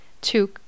Two